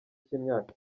cy’imyaka